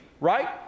right